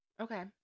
okay